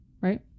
Right